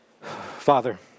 Father